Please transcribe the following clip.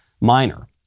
minor